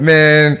Man